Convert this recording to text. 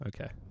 okay